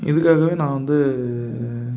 இதுக்காகவே நான் வந்து